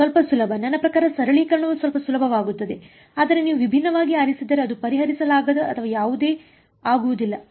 ಸ್ವಲ್ಪ ಸುಲಭ ನನ್ನ ಪ್ರಕಾರ ಸರಳೀಕರಣವು ಸ್ವಲ್ಪ ಸುಲಭವಾಗುತ್ತದೆ ಆದರೆ ನೀವು ವಿಭಿನ್ನವಾಗಿ ಆರಿಸಿದರೆ ಅದು ಪರಿಹರಿಸಲಾಗದ ಅಥವಾ ಯಾವುದೇ ಆಗುವುದಿಲ್ಲ